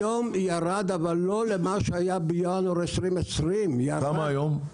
היום ירד אבל לא למה שהיה בינואר 2020. כמה היום?